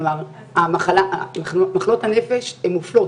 כלומר מחלות הנפש הן מופלות,